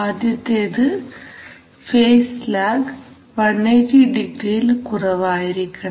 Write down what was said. ആദ്യത്തേത് phase lag 180 ഡിഗ്രിയിൽ കുറവായിരിക്കണം